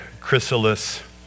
chrysalis